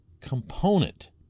component